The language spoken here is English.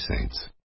Saints